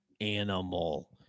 animal